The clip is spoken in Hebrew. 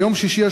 ביום שישי,